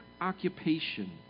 occupation